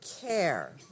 care